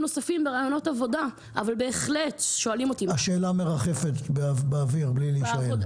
נוספים אבל בהחלט שואלים אותי --- השאלה מרחפת באוויר בלי שישאלו אותה.